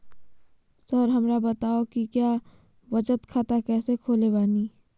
Sir हमरा बताओ क्या बचत खाता कैसे खोले बानी?